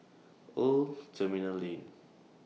Old Terminal Lane